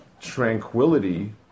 tranquility